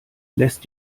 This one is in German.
lässt